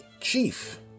chief